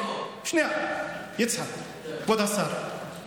כבוד השר,